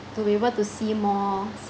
to be able to see more